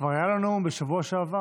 כבר היה לו נאום בשבוע שעבר,